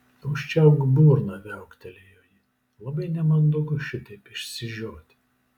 užčiaupk burną viauktelėjo ji labai nemandagu šitaip išsižioti